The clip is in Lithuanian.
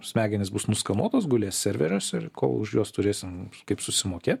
smegenys bus nuskanuotos gulės serveriuose ir kol už juos turėsim kaip susimokėt